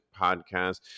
podcast